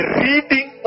reading